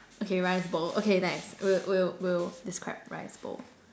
okay rice bowl okay nice we'll we'll we'll describe rice bowl